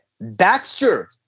Baxter